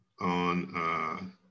On